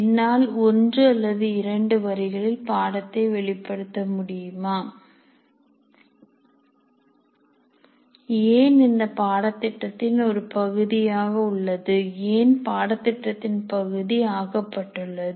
என்னால் ஒன்று அல்லது இரண்டு வரிகளில் பாடத்தை வெளிப்படுத்த முடியுமா ஏன் இது இந்தப் பாடத்திட்டத்தின் ஒரு பகுதியாக உள்ளது ஏன் பாடத்திட்டத்தின் பகுதி ஆக்கப்பட்டுள்ளது